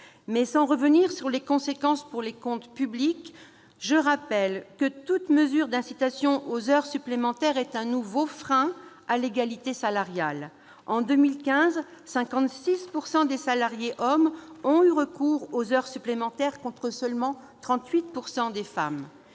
Sans revenir sur les conséquences de cette disposition pour les comptes publics, je tiens à rappeler que toute incitation aux heures supplémentaires est un nouveau frein à l'égalité salariale. En 2015, 56 % des salariés hommes ont eu recours aux heures supplémentaires, contre seulement 38 % des femmes.